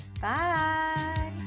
Bye